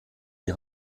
die